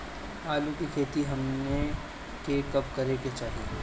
आलू की खेती हमनी के कब करें के चाही?